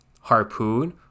harpoon